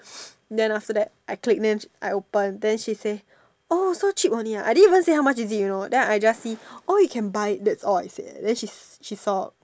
then after that I click then I open then she say oh so cheap only ah I didn't even say how much is it you know then I just see oh you can buy it that's all I said then she she saw